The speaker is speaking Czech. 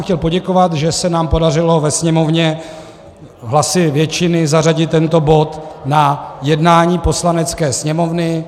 Chtěl jsem poděkovat, že se nám podařilo ve Sněmovně hlasy většiny zařadit tento bod na jednání Poslanecké sněmovny.